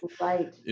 right